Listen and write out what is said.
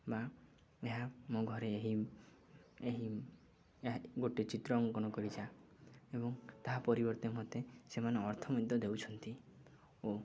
ବା ଏହା ମୋ ଘରେ ଏହି ଏହି ଗୋଟେ ଚିତ୍ର ଅଙ୍କନ କରିଯା ଏବଂ ତାହା ପରିବର୍ତ୍ତେ ମୋତେ ସେମାନେ ଅର୍ଥ ମଧ୍ୟ ଦେଉଛନ୍ତି ଓ